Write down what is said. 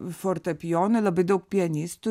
fortepijonui labai daug pianistų